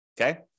Okay